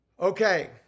Okay